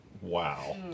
Wow